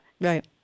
Right